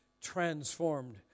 transformed